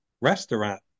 restaurant